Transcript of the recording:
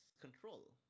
control